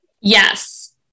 Yes